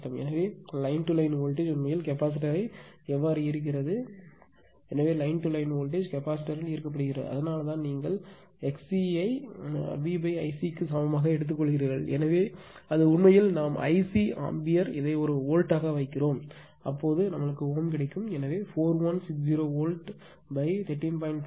எனவே வரிக்கு வரி வோல்டேஜ் உண்மையில் கெப்பாசிட்டர்யை எப்படி ஈர்க்கிறது எனவே வரிக்கு வரி வோல்டேஜ் கெப்பாசிட்டர் யில் ஈர்க்கப்படுகிறது அதனால்தான் நீங்கள் XC ஐ V IC விற்கு சமமாக எடுத்துக் கொள்கிறீர்கள் எனவே அது உண்மையில் நாம் ஐசி ஆம்பியர் இதை ஒரு வோல்டாக வைக்கிறோம் அப்போது ஓம் கிடைக்கும் எனவே 4160 வோல்ட் 13